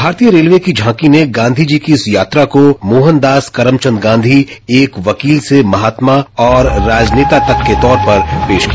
भारतीय रेलवे की झांकी ने गांधीजी की इस यात्रा को स्पोहनदास करमचंद गांधीरू एक वकील से महात्मा और राजनेता तक के तौर पर पेश किया